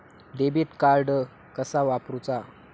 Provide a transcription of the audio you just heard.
Debit card कसा वापरुचा?